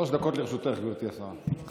שלוש דקות לרשותך, גברתי השרה.